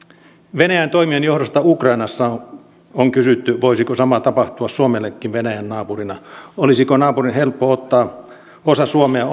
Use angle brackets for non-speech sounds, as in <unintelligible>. venäjän toimien johdosta ukrainassa on kysytty voisiko sama tapahtua suomellekin venäjän naapurina olisiko naapurin helppo ottaa osa suomea <unintelligible>